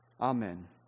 Amen